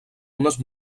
unes